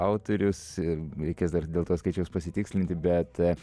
autorius ir reikės dar dėl to skaičius pasitikslinti bet